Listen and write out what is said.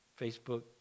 Facebook